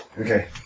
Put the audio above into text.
Okay